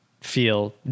feel